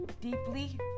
deeply